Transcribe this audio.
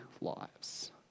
lives